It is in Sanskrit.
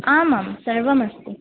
आमाम् सर्वमस्ति